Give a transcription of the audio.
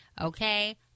okay